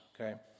Okay